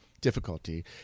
difficulty